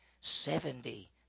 Seventy